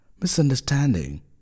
misunderstanding